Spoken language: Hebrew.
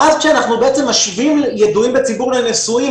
ואז כשאנחנו משווים ידועים בציבור לנשואים,